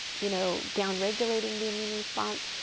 you know downregulating the immune response.